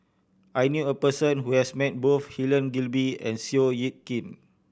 I knew a person who has met both Helen Gilbey and Seow Yit Kin